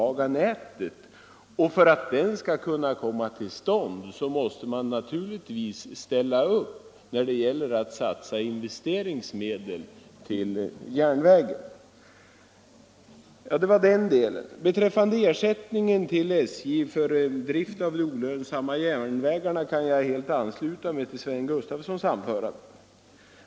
Och för att denna upprustning skall kunna komma till stånd måste man naturligtvis ställa upp när det gäller att satsa investeringsmedel till järnvägen. Beträffande ersättningen till SJ för drift av de olönsamma järnvägarna kan jag helt ansluta mig till herr Sven Gustafsons i Göteborg anförande.